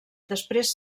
després